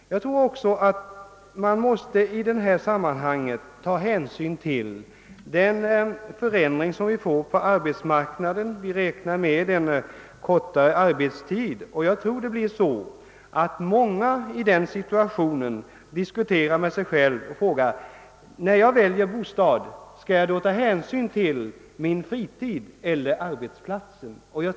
Jag tror att man i detta sammanhang också måste ta hänsyn till den utveckling som sker på arbetsmarknaden med allt kortare arbetstid. Många människor kommer säkert att fråga sig: När jag väljer bostadsort, skall jag då ta hänsyn till min fritid eller till arbetsplatsen?